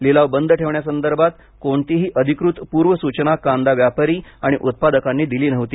लिलाव बंद ठेवण्यासंदर्भात कोणतीही अधिकृत पूर्वसूचना कांदा व्यापारी आणि उत्पादकांनी दिली नव्हती